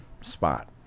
spot